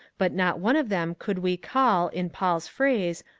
but not one of them could we call, in paul's phrase,